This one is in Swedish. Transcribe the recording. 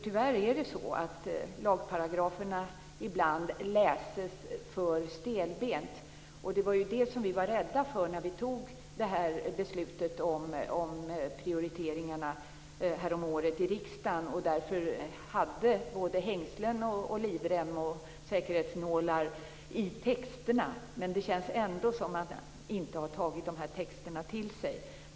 Tyvärr är det så att lagparagraferna ibland läses för stelbent. Det var ju det som vi var rädda för när vi häromåret i riksdagen fattade beslut om prioriteringar och därför hade både hängslen, livrem och säkerhetsnålar i texterna. Men det känns ändå som om man inte har tagit texterna till sig.